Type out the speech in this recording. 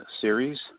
series